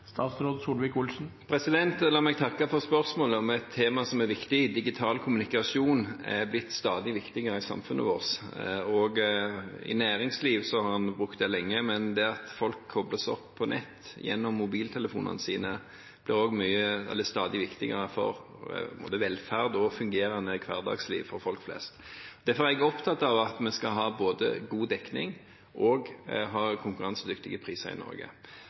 La meg takke for spørsmålet om et tema som er viktig. Digital kommunikasjon er blitt stadig viktigere i samfunnet vårt, og i næringslivet har en brukt det lenge. Det at folk kobler seg opp på nett gjennom mobiltelefonene sine, blir stadig viktigere både for velferd og for et fungerende hverdagsliv for folk flest. Derfor er jeg opptatt av at vi skal ha både god dekning og konkurransedyktige priser i Norge.